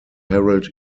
harold